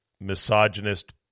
misogynist